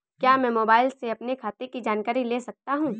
क्या मैं मोबाइल से अपने खाते की जानकारी ले सकता हूँ?